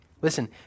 listen